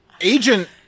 agent-